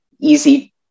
easy